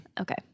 Okay